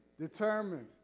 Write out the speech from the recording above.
determined